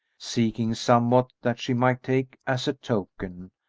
seeking somewhat that she might take as a token,